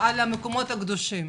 על המקומות הקדושים.